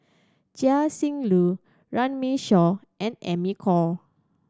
Chia Shi Lu Runme Shaw and Amy Khor